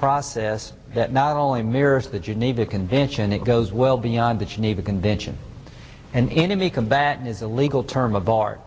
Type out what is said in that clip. process that not only mirrors the geneva convention it goes well beyond the geneva convention and enemy combatant is a legal term of art